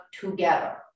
together